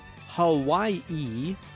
Hawaii